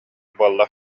буолла